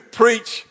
preach